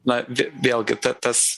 na vė vėlgi ta tas